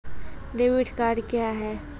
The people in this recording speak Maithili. डेबिट कार्ड क्या हैं?